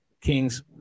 King's